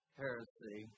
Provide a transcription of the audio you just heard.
heresy